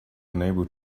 unable